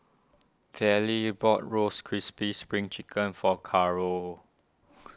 Vallie bought Roasted Crispy Spring Chicken for Caro